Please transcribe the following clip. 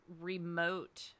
remote